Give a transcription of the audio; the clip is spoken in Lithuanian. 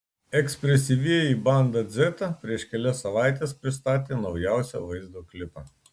ekspresyvieji banda dzeta prieš kelias savaites pristatė naujausią vaizdo klipą